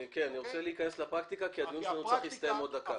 אני רוצה להיכנס לפרקטיקה כי הדיון שלנו צריך להסתיים בעוד דקה.